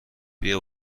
بیا